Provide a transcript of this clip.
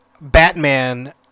batman